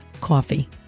coffee